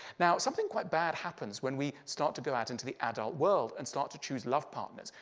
now, something quite bad happens when we start to go out into the adult world and start to choose love partners.